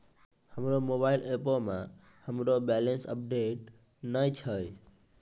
हमरो मोबाइल एपो मे हमरो बैलेंस अपडेट नै छै